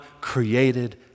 created